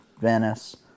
Venice